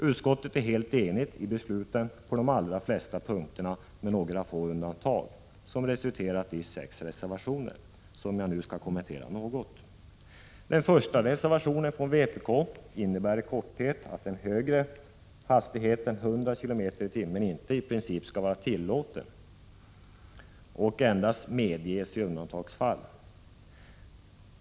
Utskottet är helt enigt i besluten på de flesta punkterna, bortsett från några få undantag, vilka resulterat i sex reservationer som jag nu skall kommentera något. Den första reservationen från vpk innebär i korthet att en högre hastighet än 100 km/tim i princip inte skall vara tillåten och endast skall medges i undantagsfall.